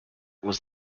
was